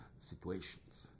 situations